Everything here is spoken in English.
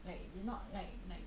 like not like like